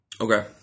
Okay